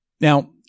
Now